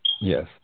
Yes